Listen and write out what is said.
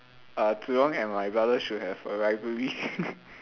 uh Zhi-Rong and my brother should have a rivalry